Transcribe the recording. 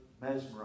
mesmerized